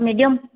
medium